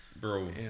bro